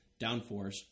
downforce